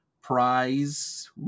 prize